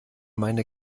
meine